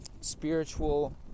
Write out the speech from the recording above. spiritual